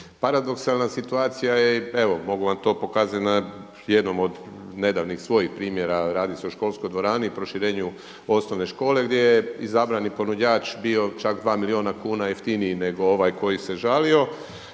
Paradoksalna situacija je evo mogu vam to pokazati na jednom od nedavnih svojih primjera, radi se o školskoj dvorani, proširenju osnovne škole gdje je izabrani ponuđač bio čak 2 milijuna kuna jeftiniji nego ovaj koji se žalio.